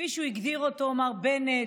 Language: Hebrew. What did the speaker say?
כפי שהגדיר אותו מר בנט,